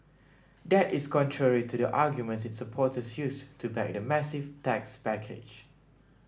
that is contrary to the arguments its supporters used to back the massive tax package